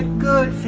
good,